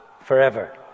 forever